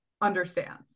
understands